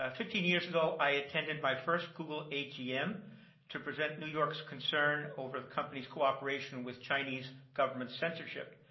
ah fifteen years ago i attended my first google agm to present new york's concern over the company's cooperation with chinese government censorship,